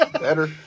Better